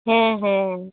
ᱦᱮᱸ ᱦᱮᱸ